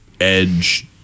edge